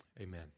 Amen